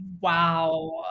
Wow